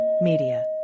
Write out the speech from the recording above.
media